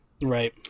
Right